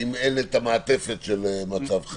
אם אין את המעטפת של מצב חירום.